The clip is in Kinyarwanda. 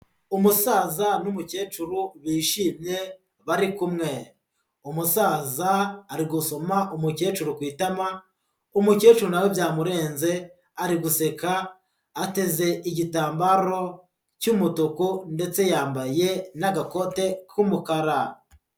Umusaza n'umukecuru bishimye bari kumwe. Umusaza ari gusoma umukecuru ku itama, umukecuru na we byamurenze ari guseka ateze igitambaro cy'umutuku, ndetse yambaye n'agakote k'umukara.